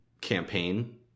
campaign